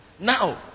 now